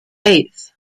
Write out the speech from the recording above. eighth